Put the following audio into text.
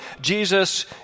Jesus